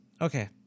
Okay